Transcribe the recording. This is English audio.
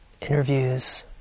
interviews